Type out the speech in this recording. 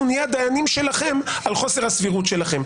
נהיה הדיינים שלכם על חוסר הסבירות שלכם.